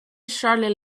charlotte